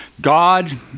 God